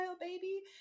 baby